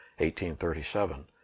1837